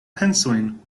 pensojn